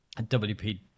WP